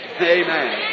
Amen